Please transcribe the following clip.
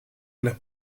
las